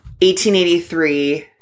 1883